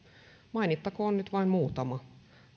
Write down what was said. mainittakoon nyt vain muutama